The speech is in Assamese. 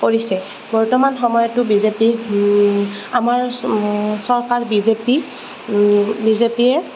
কৰিছে বৰ্তমান সময়তো বি জে পি আমাৰ চৰকাৰ B J P B J PA